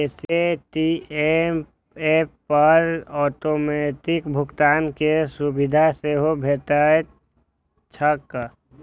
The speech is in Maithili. पे.टी.एम एप पर ऑटोमैटिक भुगतान के सुविधा सेहो भेटैत छैक